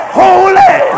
holy